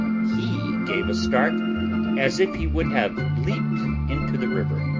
he gave a start as if he would have leaped into the river.